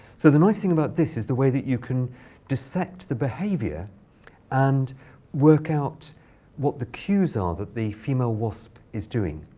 so the nice thing about this is the way that you can dissect the behavior and work out what the cues are that the female wasp is doing.